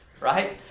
right